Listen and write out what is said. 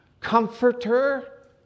Comforter